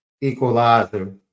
Equalizer